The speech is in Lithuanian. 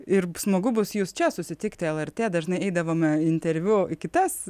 ir smagu bus jus čia susitikti lrt dažnai eidavome interviu į kitas